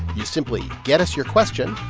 you simply get us your question,